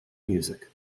music